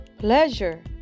Pleasure